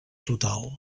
total